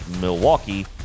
Milwaukee